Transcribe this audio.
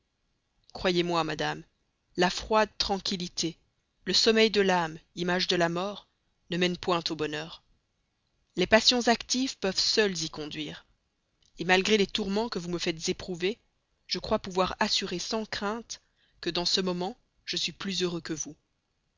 croyez-moi madame la froide tranquillité le sommeil de l'âme image de la mort ne mènent point au bonheur les passions actives peuvent seules y conduire malgré les tourments que vous me faites éprouver je crois pouvoir assurer sans crainte que dans ce moment même je suis plus heureux que vous